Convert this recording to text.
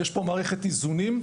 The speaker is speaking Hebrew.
יש פה מערכת איזונים,